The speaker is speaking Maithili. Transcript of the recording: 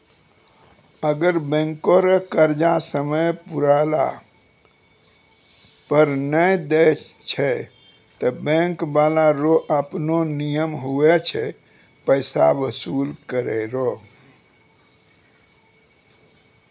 अगर बैंको रो कर्जा समय पुराला पर नै देय छै ते बैंक बाला रो आपनो नियम हुवै छै पैसा बसूल करै रो